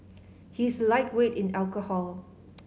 he is a lightweight in alcohol